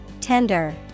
Tender